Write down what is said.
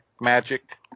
magic